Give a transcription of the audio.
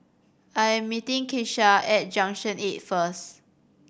I'm meeting Kesha at Junction Eight first